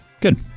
good